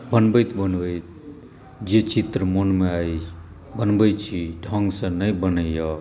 बनबैत बनबैत जे चित्र मोनमे अछि बनबैत छी ढङ्गसँ नहि बनैए